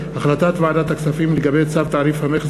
החלטת ועדת הכספים לגבי צו תעריף המכס